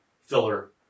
filler